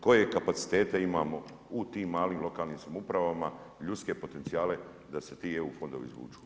Koje kapacitete imamo u tim malim lokalnim samoupravama ljudske potencijale da se ti EU fondovi izvuču.